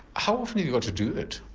how often have you got to do it?